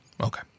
Okay